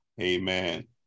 Amen